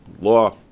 law